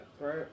right